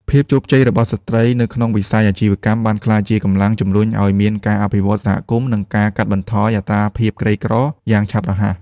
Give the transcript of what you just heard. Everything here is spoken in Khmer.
ភាពជោគជ័យរបស់ស្ត្រីនៅក្នុងវិស័យអាជីវកម្ម បានក្លាយជាកម្លាំងជំរុញឱ្យមានការអភិវឌ្ឍសហគមន៍ និងការកាត់បន្ថយអត្រាភាពក្រីក្រយ៉ាងឆាប់រហ័ស។